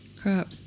Crap